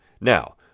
Now